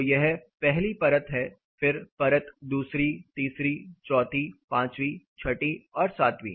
तो यह पहली परत है फिर परत 2 3 4 5 6 और 7